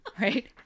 right